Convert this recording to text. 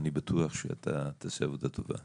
ואני בטוח שאתה תעשה עבודה טובה,